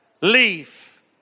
leaf